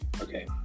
Okay